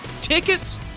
Tickets